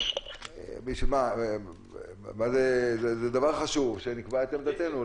זה דבר חשוב, שנקבע את עמדתנו.